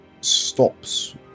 stops